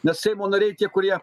nes seimo nariai tie kurie